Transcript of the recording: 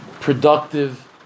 productive